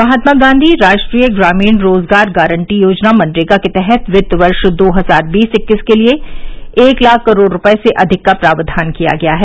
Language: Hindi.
महात्मा गांधी राष्ट्रीय ग्रामीण रोजगार गारंटी योजना मनरेगा के तहत वित्त वर्ष दो हजार बीस इक्कीस के लिए एक लाख करोड़ रुपये से अधिक का प्रावधान किया गया है